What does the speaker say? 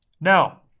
Now